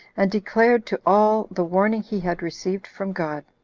and declared to all the warning he had received from god.